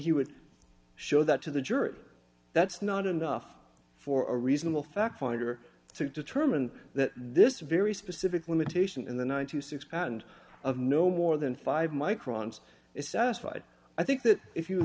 he would show that to the jury that's not enough for a reasonable fact finder to determine that this very specific limitation in the ninety six patent of no more than five microns is satisfied i think that if you